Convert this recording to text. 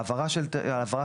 העברה של כספים,